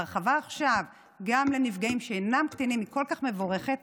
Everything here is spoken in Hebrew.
ההרחבה עכשיו גם לנפגעים שאינם קטינים היא כל כך מבורכת,